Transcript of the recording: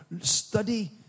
study